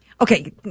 Okay